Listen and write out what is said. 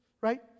right